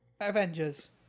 Avengers